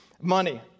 money